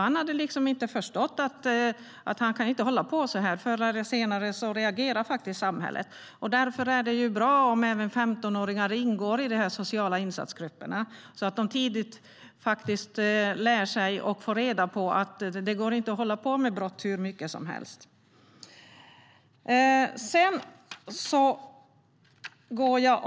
Han hade liksom inte förstått att han inte kunde hålla på så här. Förr eller senare reagerar samhället. Därför är det bra om även 15-åringar ingår i de sociala insatsgrupperna så att de tidigt får reda på och lär sig att det inte går att hålla på med brott hur mycket som helst.